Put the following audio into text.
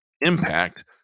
impact